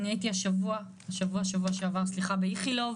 הייתי בשבוע שעבר באיכילוב